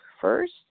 first